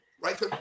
right